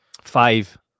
Five